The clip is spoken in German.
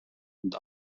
und